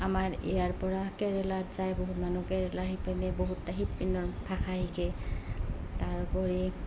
আমাৰ ইয়াৰ পৰা কেৰেলাত যায় বহুত মানুহ কেৰেলা সিপিনে বহুত সিপিনৰ ভাষা শিকে তাৰোপৰি